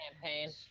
campaign